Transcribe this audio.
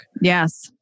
Yes